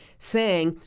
saying,